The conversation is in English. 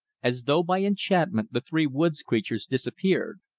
as though by enchantment the three woods creatures disappeared.